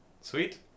Sweet